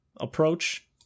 approach